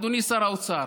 אדוני שר האוצר,